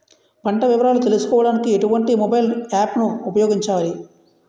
పంట వివరాలు తెలుసుకోడానికి ఎటువంటి మొబైల్ యాప్ ను ఉపయోగించాలి?